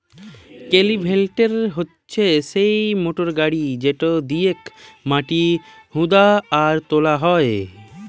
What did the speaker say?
cultivator হচ্যে সিই motor গাড়ি যেটা দিয়েক মাটি হুদা আর তোলা হয়